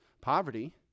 poverty